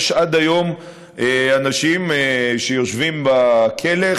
עד היום יש אנשים שיושבים בכלא,